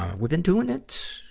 we've been doing it,